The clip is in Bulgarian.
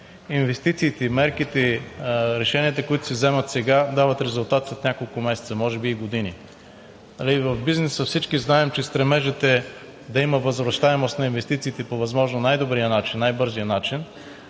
Инвестициите, мерките и решенията, които се вземат сега, дават резултат след няколко месеца, може би и години. В бизнеса всички знаем, че стремежът е да има възвращаемост на инвестициите по възможно най-добрия начин, най-бързия начин,